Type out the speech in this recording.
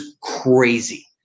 crazy